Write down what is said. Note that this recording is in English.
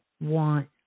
want